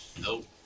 nope